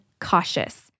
cautious